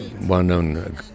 well-known